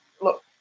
look